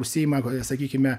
užsiima sakykime